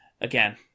again